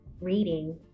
reading